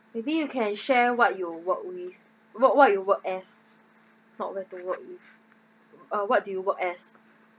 maybe you can share what you work with what what you work as not what you work with uh what do you work as